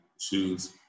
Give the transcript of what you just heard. shoes